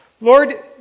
Lord